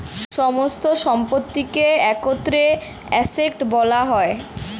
সমস্ত সম্পত্তিকে একত্রে অ্যাসেট্ বলা হয়